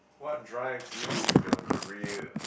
what drives you in your career